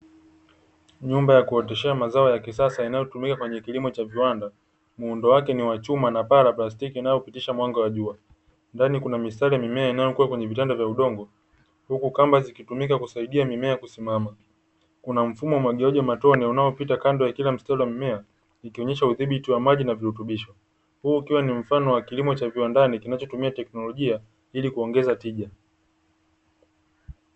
Nyumba ya kuotesha mazao ya kisasa inayotumika kwenye kilimo cha viwanda, muundo wake ni wa chuma na paa plastiki inayopitisha mwanga wa jua ndani kuna mistari mimea inayokuwa kwenye vitanda vya udongo huku kamba zikitumika kusaidia mimea kusimama, kuna mfumo wa umwagiliaji wa matone unaopita kando ya kila mstari wa mia ikionyesha udhibiti wa maji na virutubisho kwa hiyo ukiwa ni mfano wa kilimo cha viwandani kinachotumia teknolojia ili kuongeza tija.